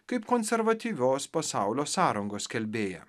kaip konservatyvios pasaulio sąrangos skelbėją